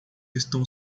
estão